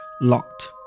locked